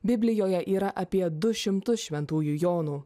biblijoje yra apie du šimtus šventųjų jonų